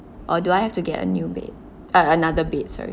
or do I have to get a new bed uh another bed sorry